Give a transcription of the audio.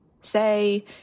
say